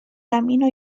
camino